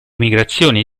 migrazioni